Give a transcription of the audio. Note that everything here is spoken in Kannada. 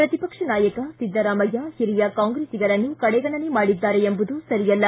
ಪ್ರತಿಪಕ್ಷ ನಾಯಕ ಸಿದ್ದರಾಮಯ್ಯ ಹಿರಿಯ ಕಾಂಗ್ರೆಸ್ಸಿಗರನ್ನು ಕಡೆಗಣನೆ ಮಾಡಿದ್ದಾರೆ ಎಂಬುದು ಸರಿಯಲ್ಲ